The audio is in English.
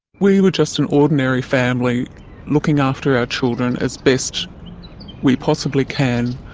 we were just an ordinary family looking after our children as best we possibly can,